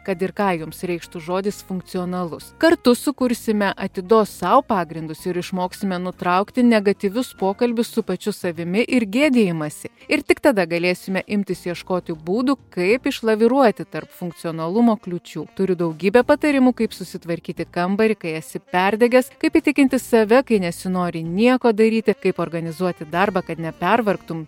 kad ir ką jums reikštų žodis funkcionalus kartu sukursime atidos sau pagrindus ir išmoksime nutraukti negatyvius pokalbius su pačiu savimi ir gėdijimąsi ir tik tada galėsime imtis ieškoti būdų kaip išlaviruoti tarp funkcionalumo kliūčių turiu daugybę patarimų kaip susitvarkyti kambarį kai esi perdegęs kaip įtikinti save kai nesinori nieko daryti kaip organizuoti darbą kad nepervargtum